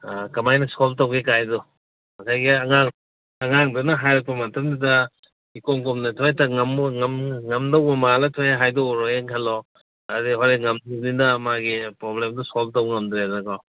ꯀꯃꯥꯏꯅ ꯁꯣꯜꯚ ꯇꯧꯒꯦꯒꯥꯏꯗꯣ ꯉꯁꯥꯏꯒꯤ ꯑꯉꯥꯡꯗꯨꯅ ꯍꯥꯏꯔꯛꯄ ꯃꯇꯝꯗꯨꯗ ꯏꯀꯣꯝ ꯀꯣꯝꯅ ꯊꯣꯛ ꯍꯦꯛꯇ ꯉꯝꯗꯧꯕ ꯃꯥꯜꯂ ꯊꯣꯛ ꯍꯦꯛ ꯍꯥꯏꯗꯣꯛꯎꯔꯦ ꯈꯜꯂꯣ ꯑꯗꯨꯗꯒꯤ ꯍꯣꯔꯦꯟ ꯃꯥꯒꯤ ꯄ꯭ꯔꯣꯕ꯭ꯂꯦꯝꯗꯣ ꯁꯣꯜꯚ ꯇꯧ ꯉꯝꯗ꯭ꯔꯦꯗꯅꯀꯣ